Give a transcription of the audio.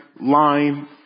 line